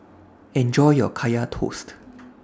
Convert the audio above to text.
Enjoy your Kaya Toast